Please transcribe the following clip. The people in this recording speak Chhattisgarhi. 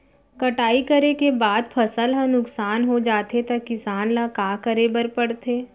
कटाई करे के बाद फसल ह नुकसान हो जाथे त किसान ल का करे बर पढ़थे?